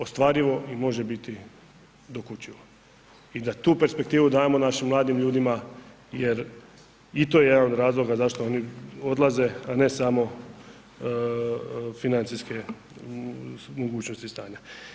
Ostvarivo i može biti dokučivo i da tu perspektivu dajemo našim mladim ljudima jer i to je jedan od razloga zašto oni odlaze a ne samo financijske mogućnosti i stanja.